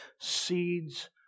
seeds